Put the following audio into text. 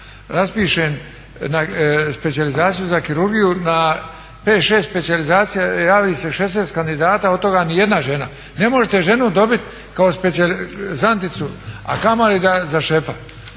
raspišem specijalizaciju za kirurgiju, na 5-6 specijalizacija javi se 16 kandidata, od toga nijedna žena. Ne možete ženu dobit kao specijalizanticu a kamoli za šefa.